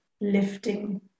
lifting